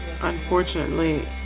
unfortunately